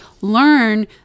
learn